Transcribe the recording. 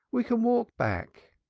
we can walk back.